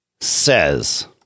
says